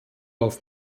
auf